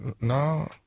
No